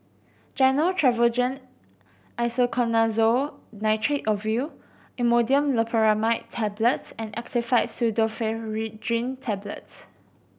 Gyno Travogen Isoconazole Nitrate Ovule Imodium Loperamide Tablets and Actifed Pseudoephedrine Tablets